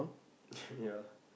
ya